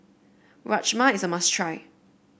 Rajma is a must try